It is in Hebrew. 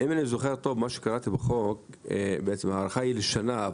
הארכה היא לשנה,